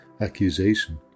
accusation